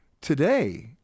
Today